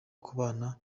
kubana